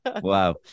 Wow